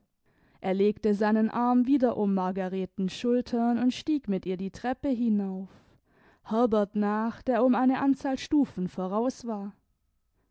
er legte seinen arm wieder um margaretens schultern und stieg mit ihr die treppe hinauf herbert nach der um eine anzahl stufen voraus war